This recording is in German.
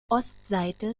ostseite